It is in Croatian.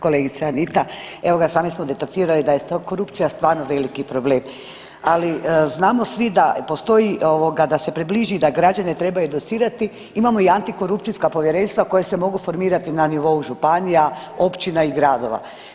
Kolegice Anita, evo ga sami smo detektirali da je to korupcija stvarno veliki problem, ali znamo svi da postoji ovoga da se približi da građane treba educirati, imamo i antikorupcijska povjerenstva koja se mogu formirati na nivou županija, općina i gradova.